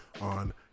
on